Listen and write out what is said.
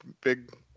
big